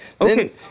Okay